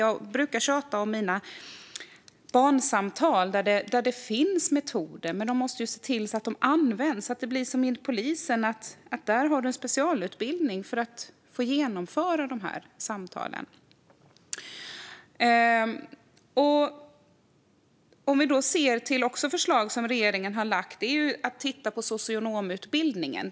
Jag brukar tjata om mina barnsamtal. Det finns metoder, men man måste se till att de används - som till exempel inom polisen där det finns en specialutbildning för att man ska få genomföra dessa samtal. Ett annat förslag från regeringen är att titta på socionomutbildningen.